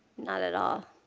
not at all.